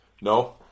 No